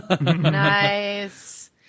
Nice